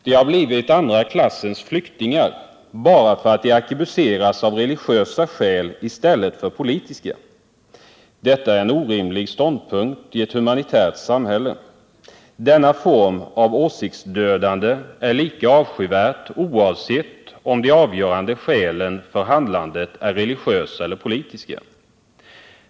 De har blivit andra klassens flyktingar bara för att de arkebuseras av religiösa skäl i stället för politiska. Detta är en orimlig ståndpunkt i ett humanitärt samhälle. Denna form av åsiktsdödande är lika avskyvärd, oavsett om de avgörande skälen för handlandet är religiösa eller politiska.